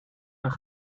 een